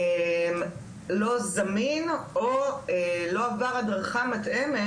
לא זמין או לא עבר הדרכה מתאמת,